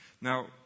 Now